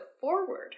forward